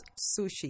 sushi